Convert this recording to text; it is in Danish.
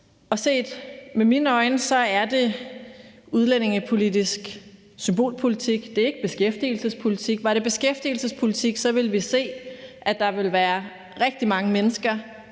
og set med mine øjne er det udlændingepolitisk symbolpolitik; det er ikke beskæftigelsespolitik. Var det beskæftigelsespolitik, ville vi se, at der ville være rigtig mange mennesker,